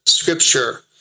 scripture